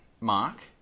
mark